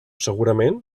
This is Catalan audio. segurament